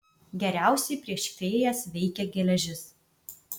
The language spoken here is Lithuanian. geriausiai prieš fėjas veikia geležis